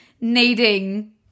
needing